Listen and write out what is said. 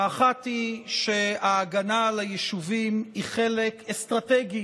האחת היא שההגנה על היישובים היא חלק אסטרטגי